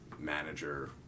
Manager